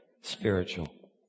spiritual